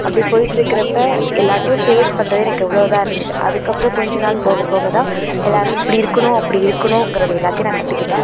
அப்படி போயிட்டிருக்குறப்ப எல்லாத்தேயும் ஃபேஸ் பண்றது எனக்கு அவ்வளோ இதாக இருந்தது அதுக்கு அப்புறம் கொஞ்சம் நாள் போக போக தான் எல்லோரும் இப்படி இருக்கணும் அப்படி இருக்கணுங்கிறது எல்லாத்தேயும் நான் கற்றுக்கிட்டேன்